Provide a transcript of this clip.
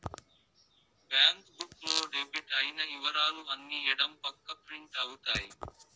bank book లో debit అయిన ఇవరాలు అన్ని ఎడం పక్క ప్రింట్ అవుతాయి